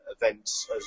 Events